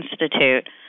institute